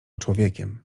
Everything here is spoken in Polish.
człowiekiem